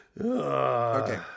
Okay